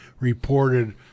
reported